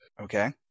Okay